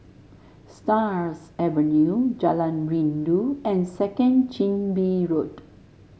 Stars Avenue Jalan Rindu and Second Chin Bee Road